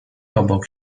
obok